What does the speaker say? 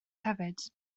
hefyd